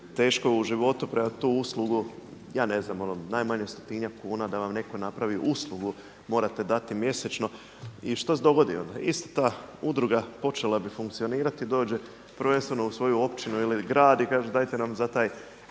teško u životu, premda ja tu uslugu ja ne znam najmanje stotinjak kuna da vam netko napravi uslugu morate dati mjesečno. I što se dogodi onda? Ista ta udruga počela bi funkcionirati. Dođe prvenstveno u svoju općinu ili grad i kaže dajte nam za taj